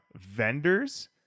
vendors